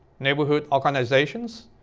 neighborhood organizations,